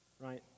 right